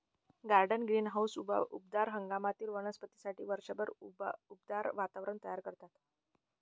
garden greenhouse उबदार हंगामातील वनस्पतींसाठी वर्षभर उबदार वातावरण तयार करतात